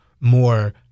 more